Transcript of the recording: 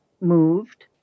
moved